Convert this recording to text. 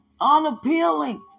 Unappealing